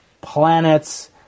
planets